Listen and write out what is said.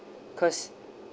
cause